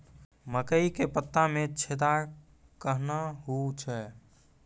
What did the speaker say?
मकई के पत्ता मे छेदा कहना हु छ?